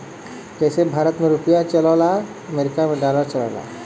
जइसे भारत मे रुपिया चलला अमरीका मे डॉलर चलेला